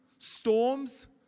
storms